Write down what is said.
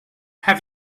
have